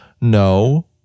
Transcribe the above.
No